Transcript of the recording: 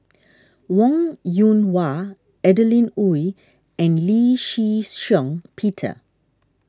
Wong Yoon Wah Adeline Ooi and Lee Shih Shiong Peter